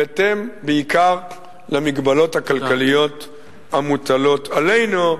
בעיקר בהתאם למגבלות הכלכליות המוטלות עלינו,